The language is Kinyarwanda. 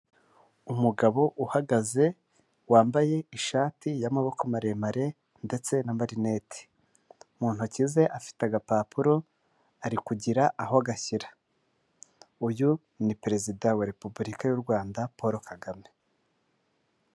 Umugabo uhagaze wambaye ishati y'amaboko maremare ndetse n'amarinete, mu ntoki ze afite agapapuro ari kugira aho agashyira, uyu ni perezida wa repubulika y'u Rwanda Polo Kagame.